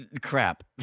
Crap